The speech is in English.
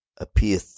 appear